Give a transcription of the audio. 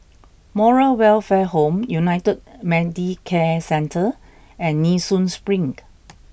Moral Welfare Home United Medicare Centre and Nee Soon Spring